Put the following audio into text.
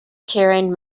carrying